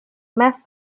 más